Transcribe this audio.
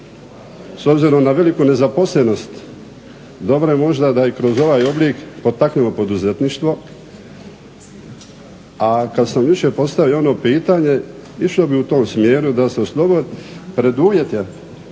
S obzirom na veliku nezaposlenost dobro je možda da i kroz ovaj oblik potaknemo poduzetništvo. A kad sam jučer postavio ono pitanje, išao bih u tom smjeru da se osnuje preduvjet